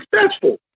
successful